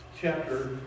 chapter